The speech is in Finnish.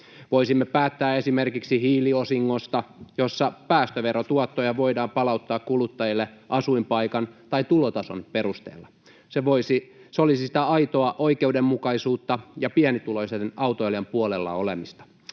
Voisimme päättää esimerkiksi hiiliosingosta, jossa päästöverotuottoja voidaan palauttaa kuluttajille asuinpaikan tai tulotason perusteella. Se olisi sitä aitoa oikeudenmukaisuutta ja pienituloisen autoilijan puolella olemista,